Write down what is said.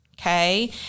Okay